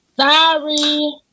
Sorry